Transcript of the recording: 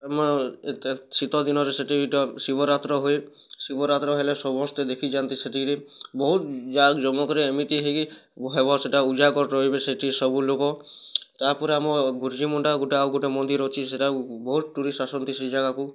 ଆମ ଏତେ ଶୀତ ଦିନରେ ସେଇଠି ବି ତ ଶିବରାତ୍ର ହୁଏ ଶିବରାତ୍ର ହେଲେ ସମସ୍ତେ ଦେଖି ଯଆନ୍ତି ସେଇଠି କି ବହୁତ୍ ଜାକ ଯମକରେ ଏମିତି ହେଇ କିରି ହେବ ସେଇଟା ଉଜାଗର୍ ରହିବେ ସେଇଠି ସବୁ ଲୋକ ତା'ପରେ ଆମ ଗୁରୁଜୀମୁଣ୍ଡା ଆଉ ଗେଟେ ମନ୍ଦିର ଅଛି ସେଇଟାକୁ ବହୁତ୍ ଟୁରିଷ୍ଟ ଆସନ୍ତି ସେ ଯାଗାକୁ